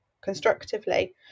constructively